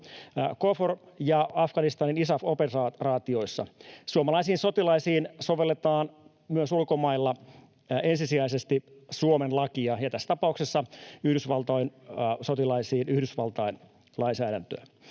KFOR- ja Afganistanin ISAF-operaatioissa. Suomalaisiin sotilaisiin sovelletaan myös ulkomailla ensisijaisesti Suomen lakia ja tässä tapauksessa Yhdysvaltain sotilaisiin Yhdysvaltain